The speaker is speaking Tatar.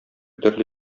төрле